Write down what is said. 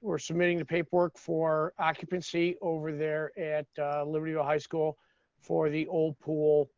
we're submitting the paperwork for occupancy over there at libertyville high school for the old pool